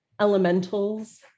elementals